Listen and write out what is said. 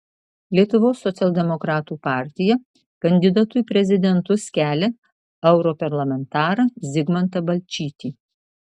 lietuvos socialdemokratų partija kandidatu į prezidentus kelia europarlamentarą zigmantą balčytį